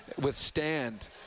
withstand